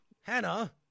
Hannah